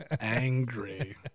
angry